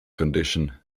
condition